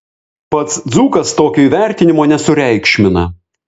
pats dzūkas tokio įvertinimo nesureikšmina